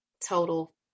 total